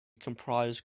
comprised